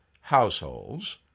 households